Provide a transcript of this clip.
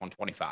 125